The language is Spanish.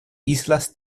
islas